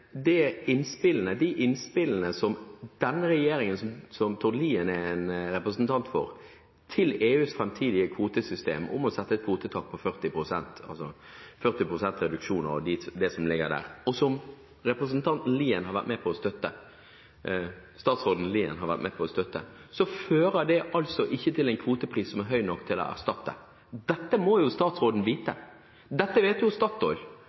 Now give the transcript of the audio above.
de innspillene til EUs framtidig kvotesystem om å sette et kvotetak på 40 pst. – altså 40 pst. reduksjon i det som ligger der, som denne regjeringen som Tord Lien er en representant for, og som statsråd Lien har vært med på å støtte, fører altså ikke til en kvotepris som er høy nok til å erstatte. Dette må jo statsråden vite! Dette vet jo